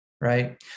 right